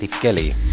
Kelly